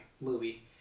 movie